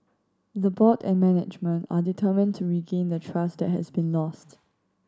the board and management are determined to regain the trust that has been lost